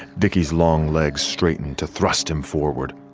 vicki's long legs straight and to thrust him forward.